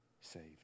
saved